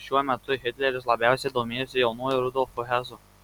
šiuo metu hitleris labiausiai domėjosi jaunuoju rudolfu hesu